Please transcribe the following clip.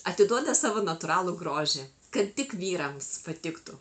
atiduoda savo natūralų grožį kad tik vyrams patiktų